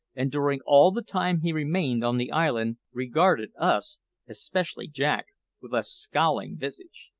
and during all the time he remained on the island, regarded us especially jack with a scowling visage.